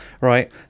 right